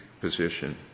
position